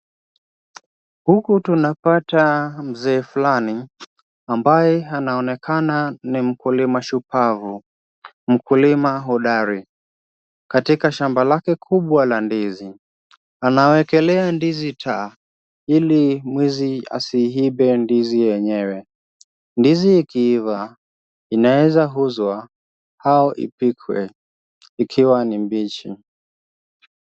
Huku tunapata mzee fulani, ambaye anaonekana ni mkulima shupavu, mkulima hodari katika shamba lake kubwa la ndizi, anawekelea ndizi taa ili mwizi asiibe ndizi yenyewe. Ndizi ikiiva inaweza uzwa au ipikwe ikiwa ni mbichi.